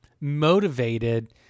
motivated